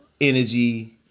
energy